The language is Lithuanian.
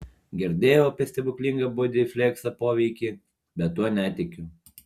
girdėjau apie stebuklinga bodiflekso poveikį bet tuo netikiu